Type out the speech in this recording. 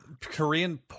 Korean